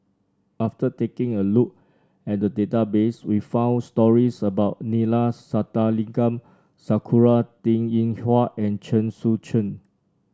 after taking a look at the database we found stories about Neila Sathyalingam Sakura Teng Ying Hua and Chen Sucheng